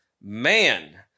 man